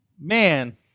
man